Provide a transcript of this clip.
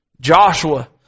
Joshua